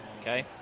okay